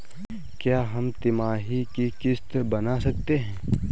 क्या हम तिमाही की किस्त बना सकते हैं?